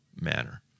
manner